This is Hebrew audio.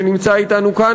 שנמצא אתנו כאן,